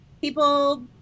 people